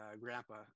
grandpa